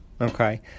okay